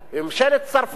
וממשלת צרפת,